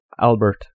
Albert